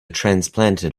transplanted